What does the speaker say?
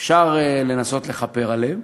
שאפשר לנסות לכפר עליהם,